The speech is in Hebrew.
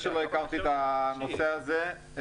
הכרתי את הנושא הזה.